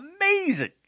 amazing